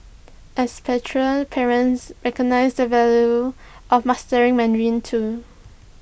expatriate parents recognise the value of mastering Mandarin too